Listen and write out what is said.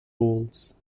roles